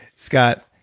scott,